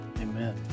Amen